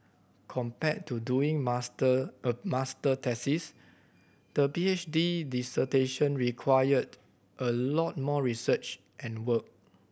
compared to doing master a master thesis the P H D dissertation required a lot more research and work